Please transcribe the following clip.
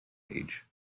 age